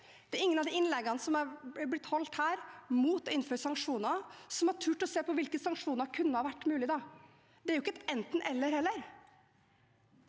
Det er ingen som i innleggene som har blitt holdt her mot å innføre sanksjoner, har turt å se på hvilke sanksjoner som kunne vært mulig. Det er heller ikke et enten–eller. Jeg er